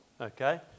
Okay